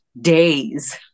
days